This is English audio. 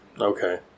Okay